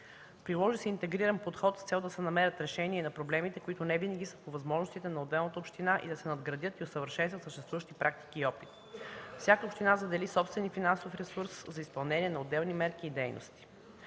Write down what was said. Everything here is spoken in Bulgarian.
Приложи се интегриран подход с цел да се намерят решения на проблемите, които не винаги са по възможностите на отделната община, и да се надградят и усъвършенстват съществуващите практики и опит. Всяка община задели собствен финансов ресурс за изпълнение на отделни мерки и дейности.